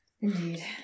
Indeed